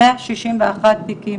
161 תיקים,